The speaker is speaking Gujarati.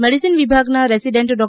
મેડિસિન વિભાગના રેસિડેન્ટ ડો